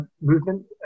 movement